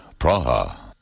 Praha